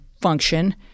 function